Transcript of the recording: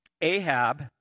Ahab